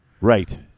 Right